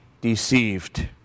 deceived